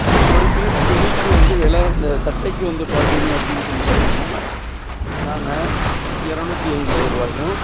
அப்போ ஒரு பீஸ் துணிக்கு வந்து வில இந்த சட்டைக்கு வந்து பார்த்தீங்க அப்படின்னு சொல்லி சொன்னோம்னால் நாங்கள் இரநூத்தி ஐம்பது ரூபாயும்